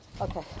Okay